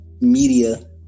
media